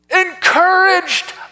encouraged